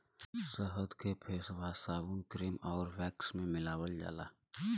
शहद के फेसवाश, साबुन, क्रीम आउर वैक्स में मिलावल जाला